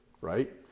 right